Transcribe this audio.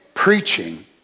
preaching